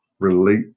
Relate